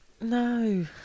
no